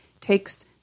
takes